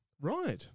Right